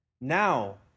Now